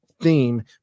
theme